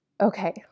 okay